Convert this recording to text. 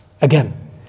Again